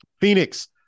Phoenix